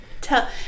Tell